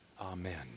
Amen